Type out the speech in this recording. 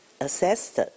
assessed